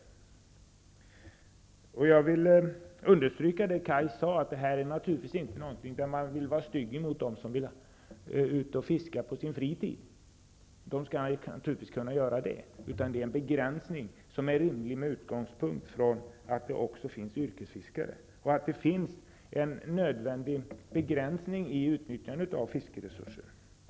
Jag vill understryka det som Kaj Larsson sade, att detta naturligtvis inte är fråga om att vi vill vara stygga mot dem som vill åka ut och fiska på sin fritid, utan de skall naturligtvis kunna göra det. Detta är en begränsning som är rimlig med utgångspunkt i att det också finns yrkesfiskare och att det finns en nödvändig begränsning i utnyttjandet av fiskeresurser.